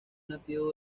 nativo